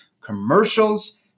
Commercials